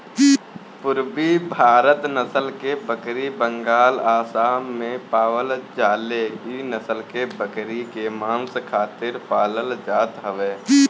पुरबी भारत नसल के बकरी बंगाल, आसाम में पावल जाले इ नसल के बकरी के मांस खातिर पालल जात हवे